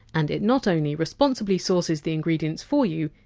and it not only responsibly sources the ingredients for you,